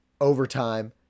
overtime